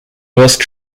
wirst